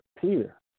Peter